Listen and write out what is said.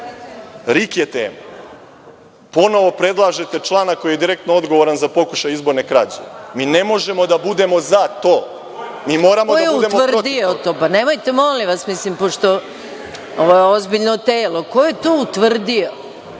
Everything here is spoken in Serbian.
RIK je tema. Ponovo predlažete člana koji je direktno odgovoran za pokušaj izborne krađe. Mi ne možemo da budemo za to. Mi moramo da budemo protiv. **Maja Gojković** Ko je utvrdio to? Nemojte molim vas. Ovo je ozbiljno telo. Ko je to utvrdio?